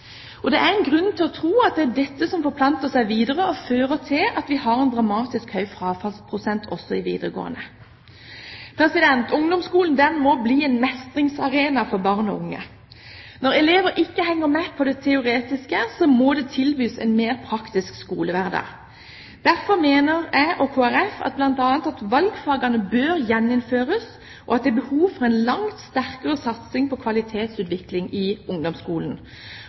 dette trinnet. Det er grunn til å tro at dette forplanter seg og fører til at vi har en dramatisk høy frafallsprosent også i videregående. Ungdomsskolen må bli en mestringsarena for barn og unge. Når elever ikke henger med i det teoretiske, må de tilbys en mer praktisk skolehverdag. Derfor mener jeg og Kristelig Folkeparti bl.a. at valgfagene bør gjeninnføres, og at det er behov for en langt sterkere satsing på kvalitetsutvikling i ungdomsskolen.